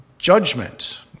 Judgment